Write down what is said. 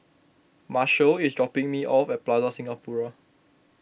Marshal is dropping me off at Plaza Singapura